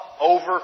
over